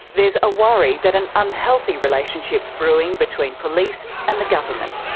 there's a worry that an unhealthy relationship's brewing between police and the government.